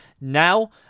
Now